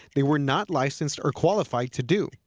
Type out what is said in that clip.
they were not licensed or qualified to do.